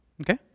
Okay